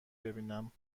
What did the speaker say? ببینم